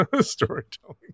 storytelling